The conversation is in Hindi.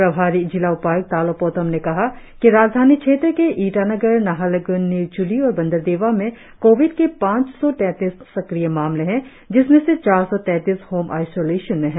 प्रभारी जिला उपायुक्त तालो पोतम ने कहा कि राजधानी क्षेत्र के ईटानगर नाहरलग्न निरज्ली और बंडरदेवा में कोविड के पांच सौ तैतीस सक्रिय मामलें है जिसमें से चार सौ तैतीस होम आईसोलेशन में है